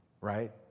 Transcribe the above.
right